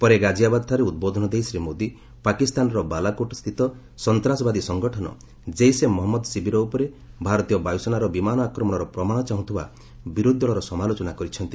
ପରେ ଗାଜ୍ଜିଆବାଦଠାରେ ଉଦ୍ବୋଧନ ଦେଇ ଶ୍ରୀ ମୋଦି ପାକିସ୍ତାନର ବାଲାକୋଟସ୍ଥିତ ସନ୍ତ୍ରାସବାଦୀ ସଂଗଠନ ଜୈସେ ମହମ୍ମଦର ଶିବିର ଉପରେ ଭାରତୀୟ ବାୟୁସେନାର ବିମାନ ଆକ୍ରମଣର ପ୍ରମାଣ ଚାହୁଁଥିବା ବିରୋଧୀଦଳର ସମାଲୋଚନା କରିଛନ୍ତି